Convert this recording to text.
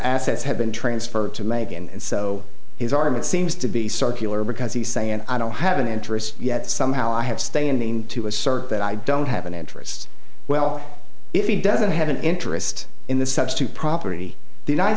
assets have been transferred to make and so his argument seems to be circular because he's saying i don't have an interest yet somehow i have standing to assert that i don't have an interest well if he doesn't have an interest in the substitute property the united